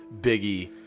Biggie